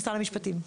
למשרד המשפטים.